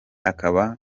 akaba